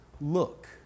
look